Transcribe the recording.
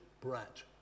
brat